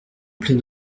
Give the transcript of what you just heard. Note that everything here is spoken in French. plein